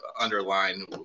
underline